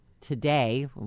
today